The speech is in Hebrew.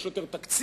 יש יותר תקציב?